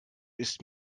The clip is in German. ist